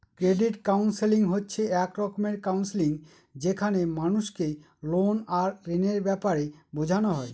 credit counselling হচ্ছে এক রকমের কাউন্সেলিং যেখানে মানুষকে লোন আর ঋণের ব্যাপারে বোঝানো হয়